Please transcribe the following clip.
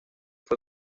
fue